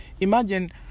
Imagine